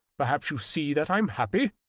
perhaps you see that i'm happy.